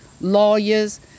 lawyers